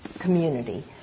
community